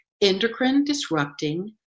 endocrine-disrupting